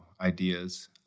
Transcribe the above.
ideas